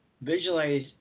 Visualize